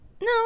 no